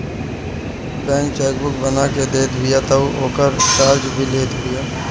bank chequebook बना के देत बिया तअ ओकर चार्ज भी लेत बिया